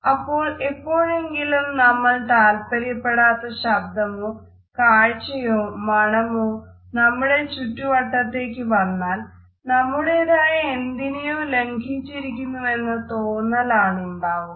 അപ്പോൾ എപ്പോഴെങ്കിലും നമ്മൾ താല്പര്യപ്പെടാത്ത ശബ്ദമോ കാഴ്ച്ചയോ മണമോ നമ്മുടെ ചുറ്റുവട്ടത്തേക്കുവന്നാൽ നമ്മുടേതായ എന്തിനെയോ ലംഘിച്ചിരിക്കുന്നുവെന്ന തോന്നലാണ് ഉണ്ടാകുക